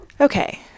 Okay